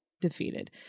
defeated